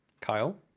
kyle